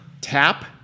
Tap